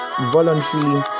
voluntarily